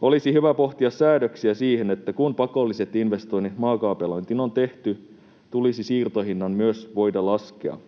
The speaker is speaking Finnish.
Olisi hyvä pohtia säädöksiä siihen, että kun pakolliset investoinnit maakaapelointiin on tehty, tulisi siirtohinnan myös voida laskea.